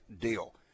deal